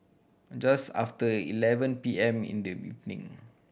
just after eleven P M in the evening